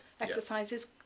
exercises